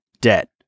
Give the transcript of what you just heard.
Debt